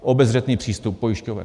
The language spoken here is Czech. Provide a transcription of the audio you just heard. Obezřetný přístup pojišťoven.